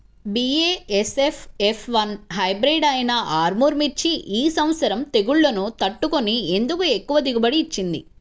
BASF F one hybrid అయినా ఆర్ముర్ మిర్చి ఈ సంవత్సరం తెగుళ్లును తట్టుకొని ఎందుకు ఎక్కువ దిగుబడి ఇచ్చింది?